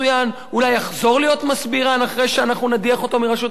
אולי יחזור להיות מסבירן אחרי שאנחנו נדיח אותו מראשות הממשלה.